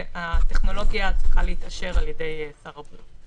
והטכנולוגיה צריכה להיות מאושרת על ידי שר הבריאות.